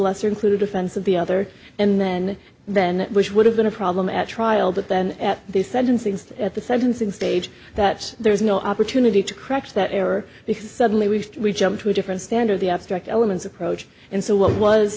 lesser included offense of the other and then then which would have been a problem at trial but then at the sentencing at the sentencing stage that there's no opportunity to correct that error because suddenly we jump to a different standard the abstract elements approach and so what was